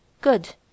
Good